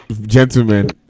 gentlemen